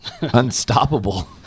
Unstoppable